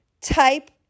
type